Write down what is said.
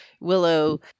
Willow